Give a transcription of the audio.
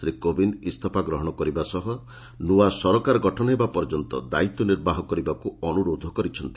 ଶ୍ରୀ କୋବିନ୍ଦ ଇସ୍ତଫା ଗ୍ରହଣ କରିବା ସହ ନୂଆ ସରକାର ଗଠନ ହେବା ପର୍ଯ୍ୟନ୍ତ ଦାୟିତ୍ୱ ନିର୍ବାହ କରିବାକୁ ଅନୁରୋଧ କରିଥିଲେ